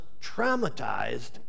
traumatized